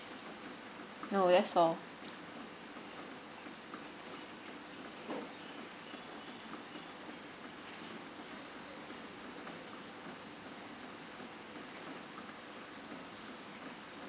no that's all